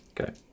Okay